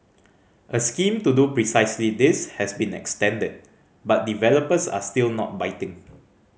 a scheme to do precisely this has been extended but developers are still not biting